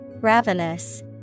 Ravenous